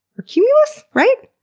or cumulus? right?